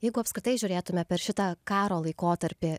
jeigu apskritai žiūrėtumėme per šitą karo laikotarpį